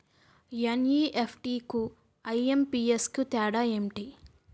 NEFT కు IMPS కు తేడా ఎంటి?